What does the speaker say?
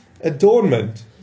adornment